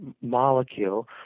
molecule